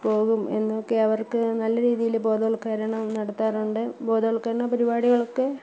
പോകും എന്നൊക്കെ അവർക്ക് നല്ല രീതിയില് ബോധവൽക്കരണം നടത്താറുണ്ട് ബോധവൽക്കരണ പരിപാടികളൊക്കെ